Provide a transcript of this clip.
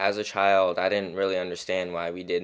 as a child i didn't really understand why we did